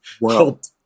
world